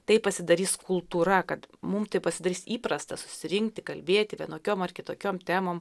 tai pasidarys kultūra kad mum tai pasidarys įprasta susirinkti kalbėti vienokiom ar kitokiom temom